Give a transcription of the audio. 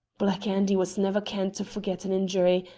black andy was never kent to forget an injury,